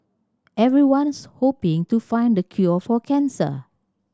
everyone's hoping to find the cure for cancer